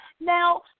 Now